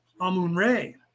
Amun-Re